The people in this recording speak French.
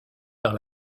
par